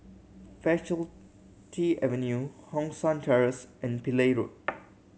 Faculty Avenue Hong San Terrace and Pillai Road